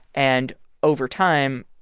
and over time,